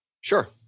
Sure